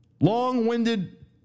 long-winded